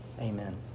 Amen